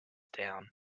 down